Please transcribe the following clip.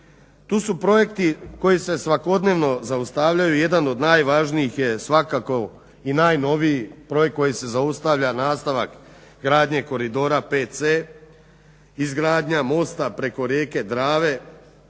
Tu su projekti koji se svakodnevno zaustavljaju. Jedan od najvažnijih je svakako i najnoviji projekt koji se zaustavlja, nastavak gradnje koridora 5C, izgradnja mosta preko rijeke Drave